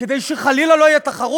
כדי שחלילה לא תהיה תחרות?